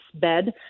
bed